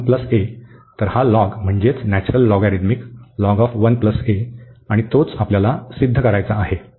आणि नंतर तर हा लॉग म्हणजे नेचरल लॉगरिथमिक आणि तोच आपल्याला सिद्ध करायचा आहे